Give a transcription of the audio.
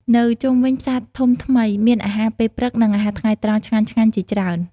នៅជុំវិញផ្សារធំថ្មីមានអាហារពេលព្រឹក និងអាហារថ្ងៃត្រង់ឆ្ងាញ់ៗជាច្រើន ។